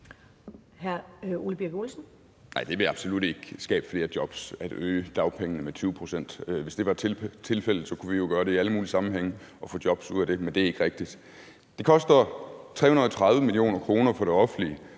det vil absolut ikke skabe flere jobs at øge dagpengene med 20 pct. Hvis det var tilfældet, kunne vi jo gøre det i alle mulige sammenhænge og få jobs ud af det. Men det er ikke rigtigt. Det koster 330 mio. kr. for det offentlige